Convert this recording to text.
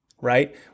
right